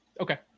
okay